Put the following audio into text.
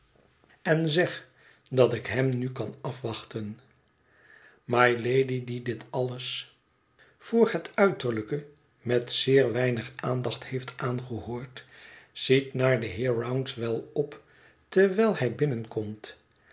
en zeg dat ik hem nu kan afwachten mylady die dit alles voor het uiterlijke met zeer weinig aandacht heeft aangehoord ziet naar den heer rouncewell op terwijl hij binnenkomt